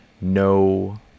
no